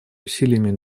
усилиями